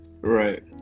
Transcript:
Right